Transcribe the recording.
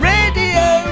Radio